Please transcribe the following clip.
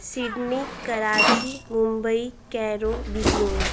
Sydney Karachi Mumbai Cairo Beijing